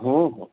हो हो